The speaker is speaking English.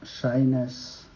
shyness